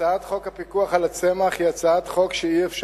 הצעת חוק הפיקוח על הצמח היא הצעת חוק שאי-אפשר